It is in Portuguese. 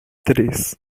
três